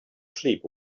sleep